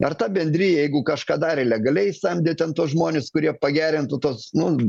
ar ta bendrija jeigu kažką darė legaliai samdė ten tuos žmones kurie pagerintų tos nu